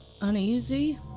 Uneasy